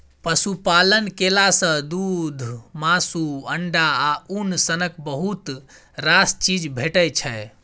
पशुपालन केला सँ दुध, मासु, अंडा आ उन सनक बहुत रास चीज भेटै छै